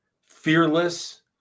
fearless